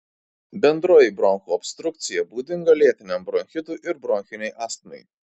bendroji bronchų obstrukcija būdinga lėtiniam bronchitui ir bronchinei astmai